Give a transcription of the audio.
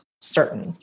certain